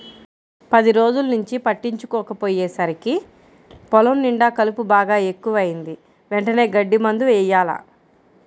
పది రోజుల్నుంచి పట్టించుకోకపొయ్యేసరికి పొలం నిండా కలుపు బాగా ఎక్కువైంది, వెంటనే గడ్డి మందు యెయ్యాల